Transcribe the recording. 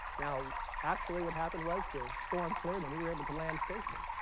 now actually what happened was the storm cleared and we were able to land safely